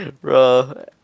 bro